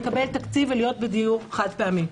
לקבל תקציב ולהיות בדיור חד פעמי.